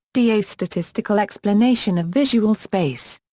d. a statistical explanation of visual space.